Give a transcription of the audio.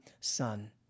son